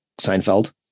Seinfeld